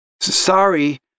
Sorry